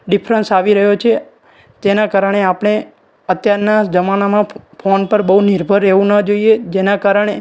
difference આવી રહ્યો છે જેના કારણે આપણે અત્યારના જમાનામાં ફોન પર બહુ નિર્ભર રહેવું ન જોઈએ જેના કારણે